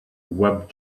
web